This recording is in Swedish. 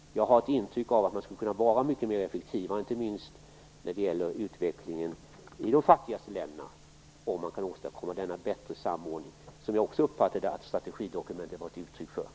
Jag har ett intryck av att man skulle kunna vara mycket mer effektiv, inte minst när det gäller utvecklingen i de fattigaste länderna, om man kunde åstadkomma denna bättre samordning som jag också uppfattade att det gavs uttryck för i strategidokumentet.